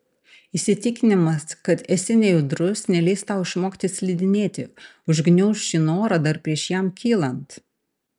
įsitikinimas kad esi nejudrus neleis tau išmokti slidinėti užgniauš šį norą dar prieš jam kylant